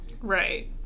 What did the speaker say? right